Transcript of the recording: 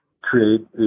create